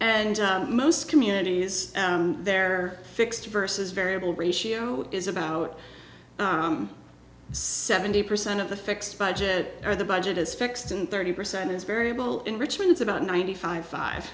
and most communities their fixed versus variable ratio is about seventy percent of the fixed budget or the budget is fixed and thirty percent is variable in richmond it's about ninety five five